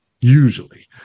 usually